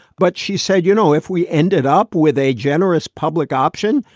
but she said, you know, if we ended up with a generous public option,